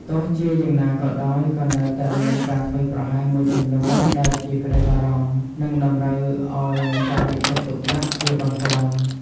ទោះជាយ៉ាងណាក៏ដោយ ក៏នៅតែមានការធ្វេសប្រហែសមួយចំនួនដែលជាក្តីបារម្ភ និងតម្រូវឱ្យមានការយកចិត្តទុកដាក់ជាបន្ទាន់។